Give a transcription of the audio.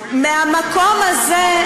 מהמקום הזה,